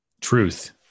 Truth